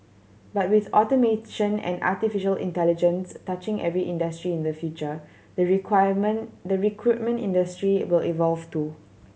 but with automation and artificial intelligence touching every industry in the future the requirement the recruitment industry will evolve too